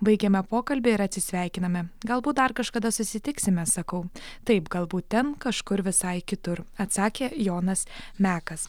baigiame pokalbį ir atsisveikiname galbūt dar kažkada susitiksime sakau taip galbūt ten kažkur visai kitur atsakė jonas mekas